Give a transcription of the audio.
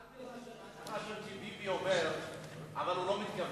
אל תתרשם כי ביבי אומר אבל הוא לא מתכוון,